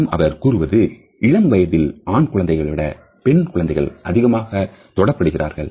மேலும் அவர் கூறுவது இளம் வயதில் ஆண் குழந்தைகளைவிட பெண் குழந்தைகள் அதிகமாக தொட படுகிறார்கள்